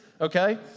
okay